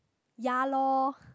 ya lor